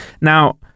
Now